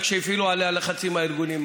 וכשהפעילו עליה לחצים הארגונים,